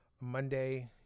Monday